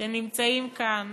שנמצאים כאן